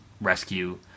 rescue